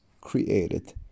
created